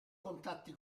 contatti